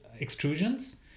extrusions